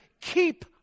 keep